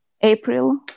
April